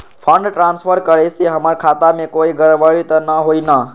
Fund transfer करे से हमर खाता में कोई गड़बड़ी त न होई न?